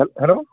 হেল hello